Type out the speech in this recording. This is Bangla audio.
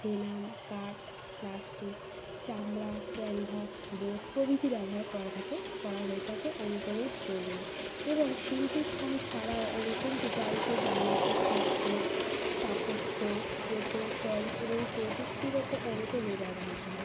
ভেনাম কাঠ প্লাস্টিক চামড়া ক্যানভাস বোর্ড প্রভৃতি ব্যবহার করা থাকে করা হয়ে থাকে অঙ্কনের জন্য এবং শিল্পী ফর্ম ছাড়াও অঙ্কনটি প্রায়শই বাণিজ্যিক চিত্র স্থাপত্য প্রকৌশল এবং প্রযুক্তিগত অঙ্কনে ব্যবহৃত হয়